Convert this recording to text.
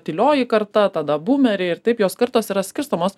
tylioji karta tada bumeriai ir taip jos kartos yra skirstomos